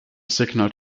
signal